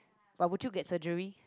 but would you get surgery